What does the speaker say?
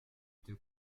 étais